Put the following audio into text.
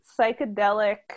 psychedelic